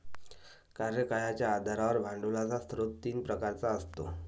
कार्यकाळाच्या आधारावर भांडवलाचा स्रोत तीन प्रकारचा असतो